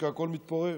כי הכול מתפורר.